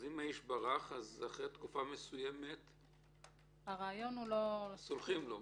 אז אם האיש ברח אז אחרי תקופה מסוימת סולחים לו,